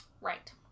Right